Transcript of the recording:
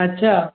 अच्छा